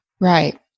Right